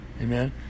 Amen